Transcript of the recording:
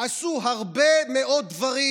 עשו הרבה מאוד דברים